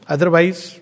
Otherwise